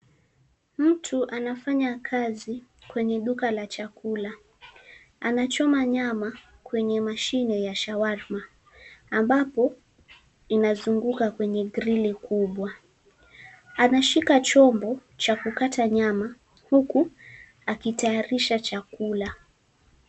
Mtu anafanya kazi kwenye duka la chakula anachoma nyama kwenye mashine ya shawarma ambapo inazunguka kwenye grili kubwa. Anashika chombo cha kukata nyama huku akitayarisha chakula.